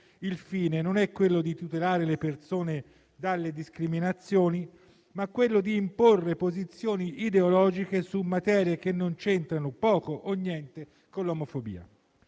il fine non è tutelare le persone dalle discriminazioni, ma imporre posizioni ideologiche su materie che c'entrano poco o niente con l'omofobia.